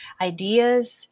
ideas